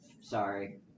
sorry